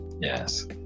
yes